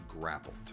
grappled